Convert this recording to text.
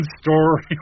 story